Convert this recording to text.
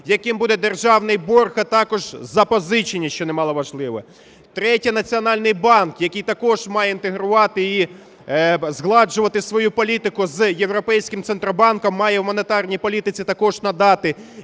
яким буде державний борг, а також запозичення, що не мало важливо. Третє. Національний банк, який також має інтегрувати і згладжувати свою політику з Європейським центробанком, має в монетарній політиці також надати